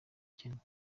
ikennye